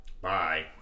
Bye